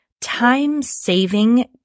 time-saving